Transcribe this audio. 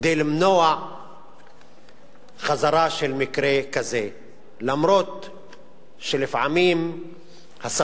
כדי למנוע חזרה של מקרה כזה, אף שלפעמים השטן